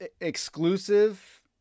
exclusive